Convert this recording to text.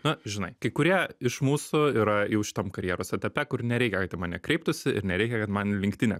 na žinai kai kurie iš mūsų yra jau šitam karjeros etape kur nereikia kad į mane kreiptųsi ir nereikia kad man linkdine